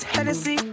Hennessy